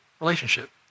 relationship